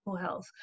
health